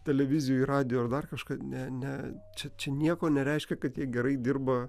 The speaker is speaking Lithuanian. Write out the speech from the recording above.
televizijoj radijuj ar dar kažkur ne ne čia čia nieko nereiškia kad jie gerai dirba